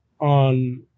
on